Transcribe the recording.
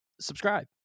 subscribe